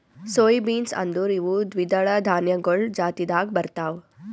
soy beans ಅಂದುರ್ ಇವು ದ್ವಿದಳ ಧಾನ್ಯಗೊಳ್ ಜಾತಿದಾಗ್ ಬರ್ತಾವ್